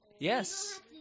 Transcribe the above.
Yes